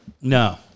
No